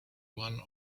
one